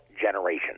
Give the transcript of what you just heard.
generation